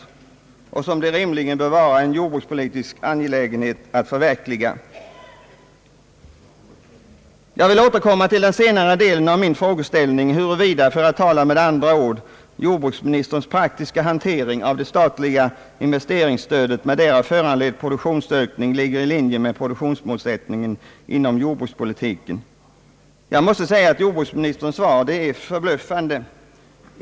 Det borde även vara en jordbrukspolitisk angelägenhet att förverkliga dessa målsättningar. Jag vill återkomma till den senare delen av min frågeställning: huruvida, för att uttrycka saken på ett annat sätt, jordbruksministerns praktiska handläggning av det statliga investeringsstödet med därav föranledd produktionsökning ligger i linje med produktionsmålsättningen inom jordbrukspolitiken. Jag måste säga att jordbruksministerns svar är förbluffande.